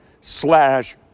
slash